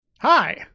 Hi